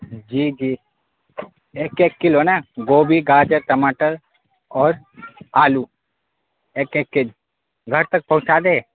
جی جی ایک ایک کلو نا گوبھی گاجر ٹماٹر اور آلو ایک ایک کے جی گھر تک پہنچا دیں